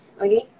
Okay